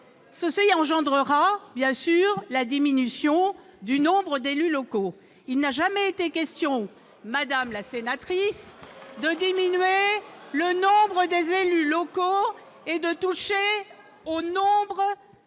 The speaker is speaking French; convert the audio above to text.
et engendrera bien sûr, la diminution du nombre d'élus locaux, il n'a jamais été question madame la sénatrice de diminuer le nord des élus locaux et de toucher au nombre